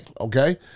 okay